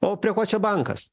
o prie ko čia bankas